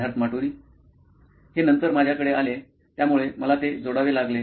सिद्धार्थ माटुरी मुख्य कार्यकारी अधिकारी नॉइन इलेक्ट्रॉनिक्स हे नंतर माझ्याकडे आले त्यामुळे मला ते जोडावे लागले